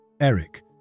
Eric